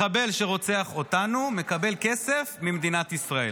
מחבל שרוצח אותנו מקבל כסף ממדינת ישראל.